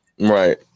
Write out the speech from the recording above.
Right